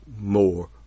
more